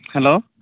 hello